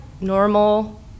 normal